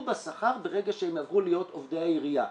בשכר ברגע שהם יעברו להיות עובדי העירייה.